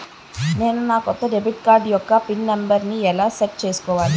నేను నా కొత్త డెబిట్ కార్డ్ యెక్క పిన్ నెంబర్ని ఎలా సెట్ చేసుకోవాలి?